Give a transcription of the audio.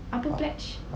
apa plege